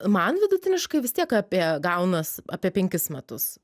man vidutiniškai vis tiek apie gaunas apie penkis metus